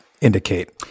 indicate